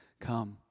Come